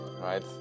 right